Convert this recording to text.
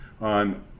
on